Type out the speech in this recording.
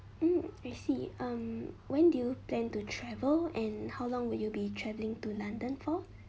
hmm I see um when do you plan to travel and how long will you be travelling to london for